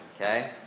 Okay